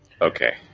Okay